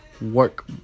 work